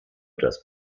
das